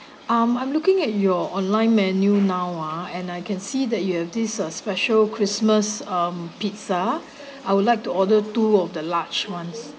um I'm looking at your online menu now ah and I can see that you have this uh special christmas um pizza I would like to order two of the large ones